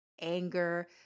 anger